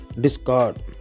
discard